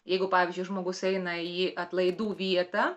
jeigu pavyzdžiui žmogus eina į atlaidų vietą